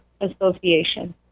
association